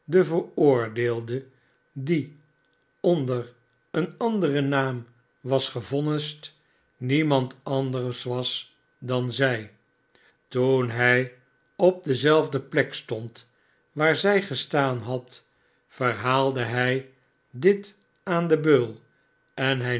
de veroordeelde die ondetr een anderen naam was gevonnisd niemand anders was dan zij toen hij op dezelfde plek stond waar zij gestaan had verhaalde hij dit aan den beul en hij